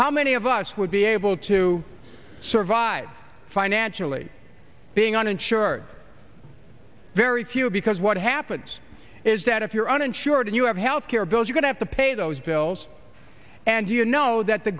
how many of us would be able to survive financially being uninsured very few because what happens is that if you're uninsured and you have health care bills you can have to pay those bills and you know that the